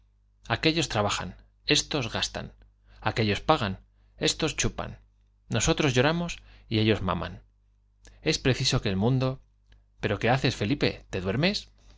en jan éstos gastan aquéllos pagan éstos chupan nosotros lloramos y ellos maman es preciso que el mundo pero qué haces felipe te duermes